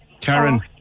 Karen